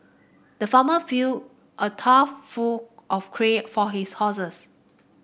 the farmer filled a trough full of for his horses